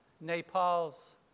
Nepal's